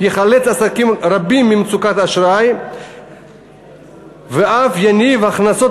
יחלץ עסקים רבים ממצוקת אשראי ואף יניב הכנסות